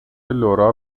لورا